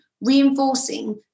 reinforcing